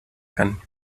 kann